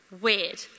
Weird